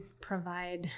provide